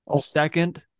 Second